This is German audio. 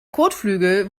kotflügel